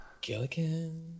Gilligan